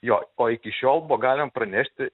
jo o iki šiol buvo galim pranešti